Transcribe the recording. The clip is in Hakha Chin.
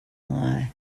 ngai